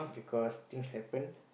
because things happen